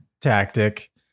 tactic